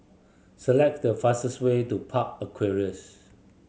select the fastest way to Park Aquarias